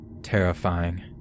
terrifying